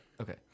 Okay